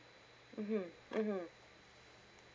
mmhmm mmhmm